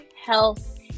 health